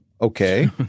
Okay